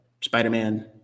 spider-man